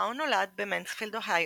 בראון נולד במנספילד, אוהיו,